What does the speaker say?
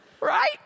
right